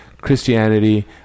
Christianity